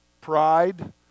pride